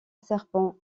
serpent